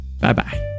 Bye-bye